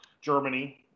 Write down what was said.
Germany